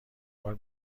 بار